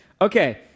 Okay